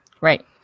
Right